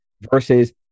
versus